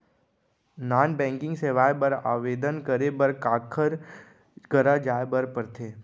non banking सेवाएं बर आवेदन करे बर काखर करा जाए बर परथे